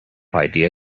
idea